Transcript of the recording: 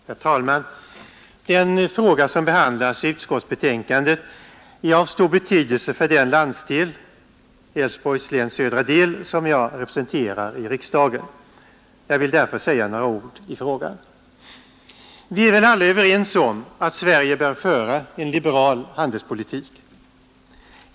Herr talman! Den fråga som behandlas i utskottsbetänkandet är av stor betydelse för den landsdel, Älvsborgs läns södra del, som jag representerar i riksdagen. Jag vill därför säga några ord i frågan. Vi är väl alla överens om att Sverige bör föra en liberal handelspolitik.